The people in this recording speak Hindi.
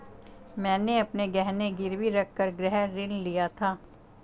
मैंने अपने गहने गिरवी रखकर गृह ऋण लिया था